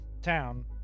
town